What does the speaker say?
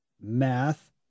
math